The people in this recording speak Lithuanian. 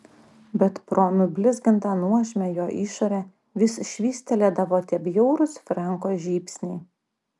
bet pro nublizgintą nuožmią jo išorę vis švystelėdavo tie bjaurūs frenko žybsniai